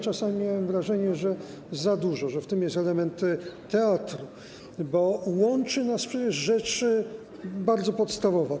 Czasami miałem wrażenie, że za dużo, że w tym jest element teatru, bo łączy nas przecież rzecz bardzo podstawowa.